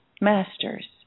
masters